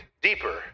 deeper